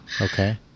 Okay